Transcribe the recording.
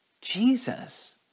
Jesus